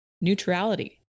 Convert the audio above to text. neutrality